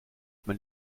man